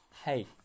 Hey